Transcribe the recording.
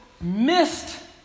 missed